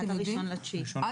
עד ה-1.9 אבל